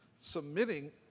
Submitting